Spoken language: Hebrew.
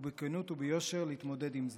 ובכנות וביושר להתמודד עם זה.